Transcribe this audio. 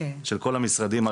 של כל המשרדים.